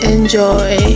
Enjoy